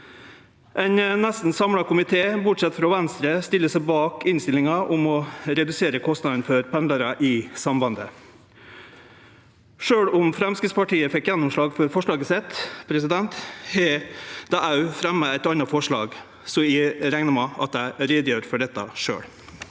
Ein nesten samla komité, bortsett frå Venstre, stiller seg bak innstillinga om å redusere kostnaden for pendlarar i sambandet. Sjølv om Fremskrittspartiet fekk gjennomslag for forslaget sitt, har dei òg fremja eit anna forslag, og eg reknar med at dei vil gjere greie for det sjølv.